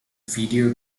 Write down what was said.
video